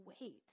wait